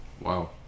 Wow